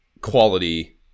Quality